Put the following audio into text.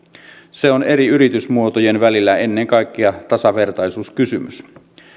se on eri yritysmuotojen välillä ennen kaikkea tasavertaisuuskysymys